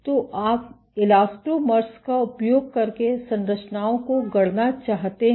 तो आप इलास्टोमर्स का उपयोग करके संरचनाओं को गढ़ना चाहते हैं